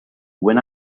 when